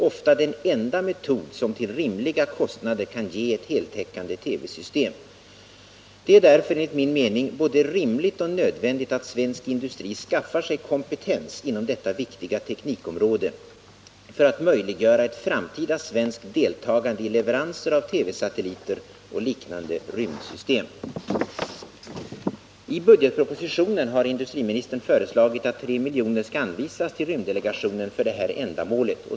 ofta den enda metod som till rimliga kostnader kan ge ett heltäckande TV-system. Det är därför, enligt min mening, både rimligt och nödvändigt att svensk industri skaffar sig kompetens inom detta viktiga teknikområde för att möjliggöra ett framtida svenskt deltagande i leveranser av TV-satelliter och liknande rymdsystem. I budgetpropositionen har industriministern föreslagit att 3 milj.kr. skall anvisas till rymddelegationen för detta ändamål.